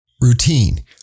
routine